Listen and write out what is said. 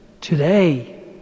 today